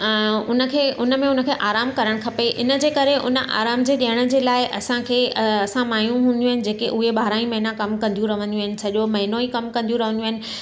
ऐं उनखे उनमें उनखे आराम करणु खपे इनजे करे उन आराम जे ॾियण जे लाइ असांखे असां माइयूं हूंदियूं आहिनि जेके उहे ॿारहं ई महीना कमु कंदी रहंदियूं आहिनि सॼो महीनो ई कमु कंदी रहंदियूं आहिनि